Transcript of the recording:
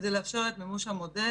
כדי לאפשר את מימוש המודל.